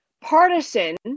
partisan